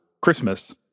Christmas